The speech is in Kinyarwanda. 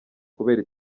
kubera